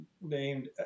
named